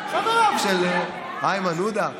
שבאב של איימן עודה.